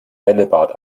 bällebad